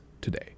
today